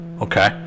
okay